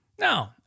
No